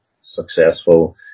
successful